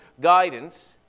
guidance